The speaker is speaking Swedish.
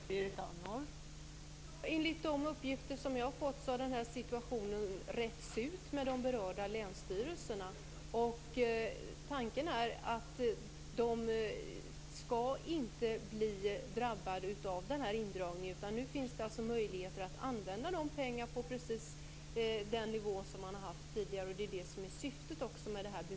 Fru talman! Enligt de uppgifter som jag har fått har den här situationen retts ut med de berörda länsstyrelserna. Tanken är att de inte skall bli drabbade av den här indragningen. Nu finns det möjligheter att använda dessa pengar på precis den nivå som man har haft tidigare. Det är det som är syftet med det bemyndigande som vi antar i dag.